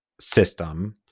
system